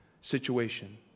situation